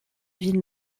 ville